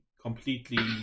completely